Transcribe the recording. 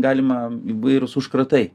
galima įvairūs užkratai